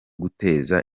guteza